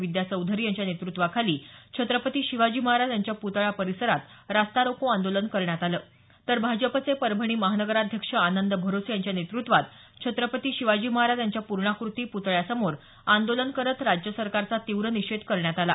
विद्या चौधरी यांच्या नेतृत्वाखाली छत्रपती शिवाजी महाराज यांच्या पुतळा परिसरात रास्तारोको आंदोलन करण्यात आलं तर भाजपचे परभणी महानगराध्यक्ष आनंद भरोसे यांच्या नेतुत्वात छत्रपती शिवाजी महाराज यांच्या पूर्णाकृती प्रतळ्यासमोर आंदोलन करत राज्य सरकारचा तीव्र निषेध करण्यात आला